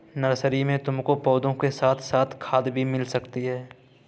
nursery में तुमको पौधों के साथ साथ खाद भी मिल सकती है